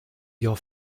your